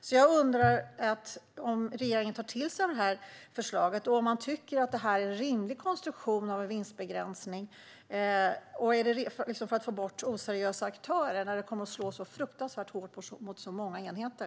Så jag undrar om regeringen tar till sig det här förslaget och om man tycker att det är en rimlig konstruktion av vinstbegränsning för att få bort oseriösa aktörer när det kommer att slå så fruktansvärt hårt mot så många enheter.